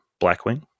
Blackwing